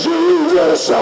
Jesus